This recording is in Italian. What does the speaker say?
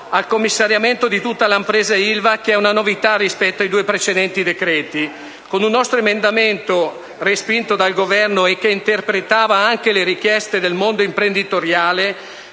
al commissariamento di tutta l'impresa Ilva, che è una novità rispetto ai due decreti precedenti. Con un nostro emendamento respinto dal Governo, che interpretava anche le richieste del mondo imprenditoriale,